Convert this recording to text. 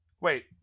Wait